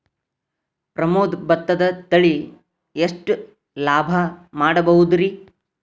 ಪ್ರಮೋದ ಭತ್ತದ ತಳಿ ಎಷ್ಟ ಲಾಭಾ ಮಾಡಬಹುದ್ರಿ?